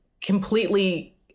completely